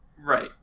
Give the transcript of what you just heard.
Right